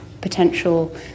potential